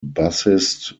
bassist